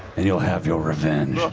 and you'll have your revenge.